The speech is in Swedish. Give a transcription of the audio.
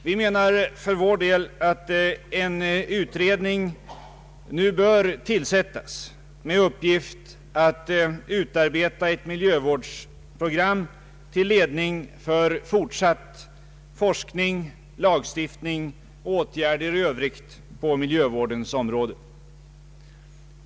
Vi menar för vår del att en utredning nu bör tillsättas med uppgift att utarbeta ett miljövårdsprogram till ledning för fortsatt forskning samt för lagstiftning och åtgärder i övrigt på miljövårdens område.